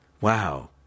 wow